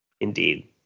Indeed